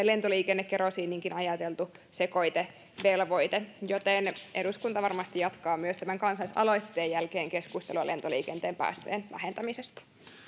lentoliikennekerosiiniinkin ajateltu sekoitevelvoite tosiasiallisesti toimii hieman veronomaisesti eli eduskunta varmasti jatkaa myös tämän kansalaisaloitteen jälkeen keskustelua lentoliikenteen päästöjen vähentämisestä